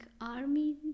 army